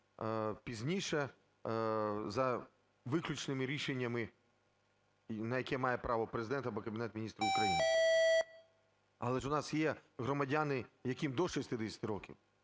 пізніше за виключними рішеннями, на які має право Президент або Кабінет Міністрів України. Але ж у нас є громадяни, яким до 60 років